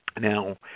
Now